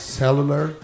cellular